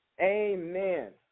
Amen